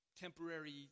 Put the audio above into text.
temporary